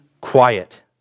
quiet